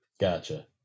Gotcha